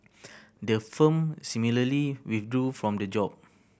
the firm similarly withdrew from the job